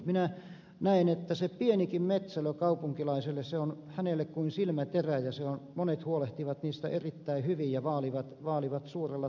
minä näen että se pienikin metsälö kaupunkilaiselle on kuin silmäterä ja monet huolehtivat niistä erittäin hyvin ja vaalivat suurella taidolla